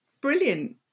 brilliant